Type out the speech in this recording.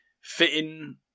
Fitting